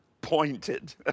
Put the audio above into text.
pointed